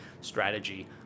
strategy